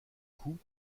coup